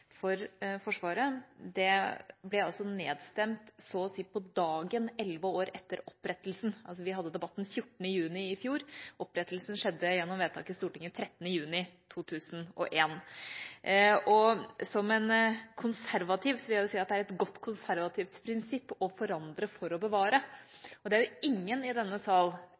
for Forsvaret ble nedstemt så å si på dagen elleve år etter opprettelsen. Vi hadde debatten 14. juni i fjor, og opprettelsen skjedde gjennom vedtak i Stortinget 13. juni 2001. Som en konservativ vil jeg si at det er et godt konservativt prinsipp å forandre for å bevare. Det er jo ingen i denne